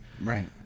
right